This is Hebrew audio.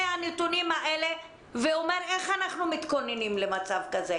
הנתונים האלה ואומר איך אנחנו מתכוננים למצב כזה?